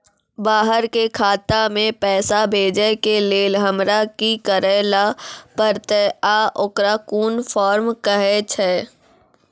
बाहर के खाता मे पैसा भेजै के लेल हमरा की करै ला परतै आ ओकरा कुन फॉर्म कहैय छै?